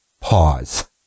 pause